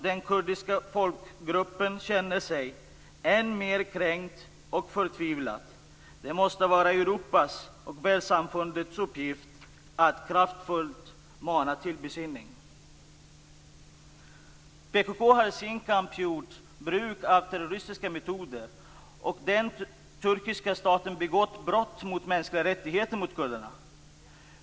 Den kurdiska folkgruppen känner sig än mer kränkt och förtvivlad. Det måste vara Europas och världssamfundets uppgift att kraftfullt mana till besinning. PKK har i sin kamp gjort bruk av terroristiska metoder. Den turkiska staten har begått brott mot kurderna som strider mot de mänskliga rättigheterna.